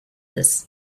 this